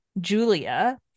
Julia